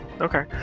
Okay